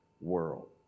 world